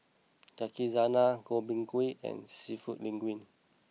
Yakizakana Gobchang Gui and Seafood Linguine